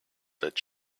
that